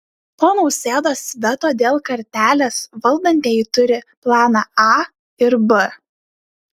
po nausėdos veto dėl kartelės valdantieji turi planą a ir b